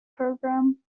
program